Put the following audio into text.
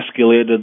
escalated